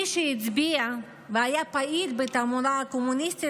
מי שהצביע והיה פעיל בתעמולה הקומוניסטית,